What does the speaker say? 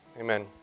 amen